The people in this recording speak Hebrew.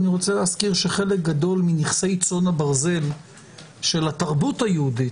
אני רוצה להזכיר שחלק גדול מנכסי צאן הברזל של התרבות היהודית,